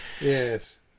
Yes